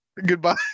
goodbye